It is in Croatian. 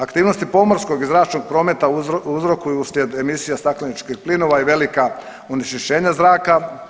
Aktivnosti pomorskog i zračnog prometa uzrokuju uslijed emisija stakleničkih plinova i velika onečišćenja zraka.